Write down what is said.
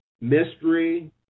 mystery